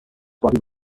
body